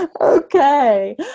Okay